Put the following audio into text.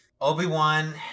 Obi-Wan